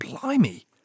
blimey